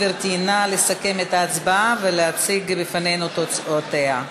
גברתי, נא לסכם את ההצבעה ולהציג בפנינו תוצאותיה.